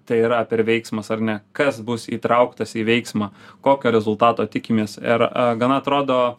tai yra per veiksmas ar ne kas bus įtrauktas į veiksmą kokio rezultato tikimės ir gana atrodo